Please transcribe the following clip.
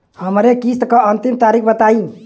हमरे किस्त क अंतिम तारीख बताईं?